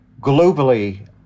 globally